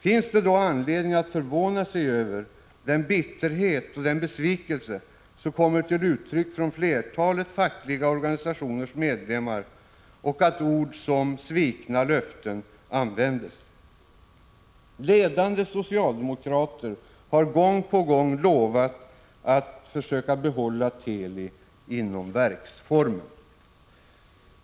Finns det då anledning att förvåna sig över den bitterhet och den besvikelse som kommer till uttryck från flertalet fackliga organisationers medlemmar och över att ord som svikna löften används? Ledande socialdemokrater har gång på gång lovat att försöka behålla Teli inom verksformen.